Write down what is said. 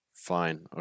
fine